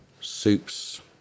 soups